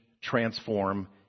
transform